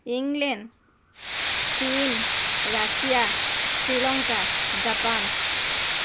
England চীন Russia Sri Lanka Japan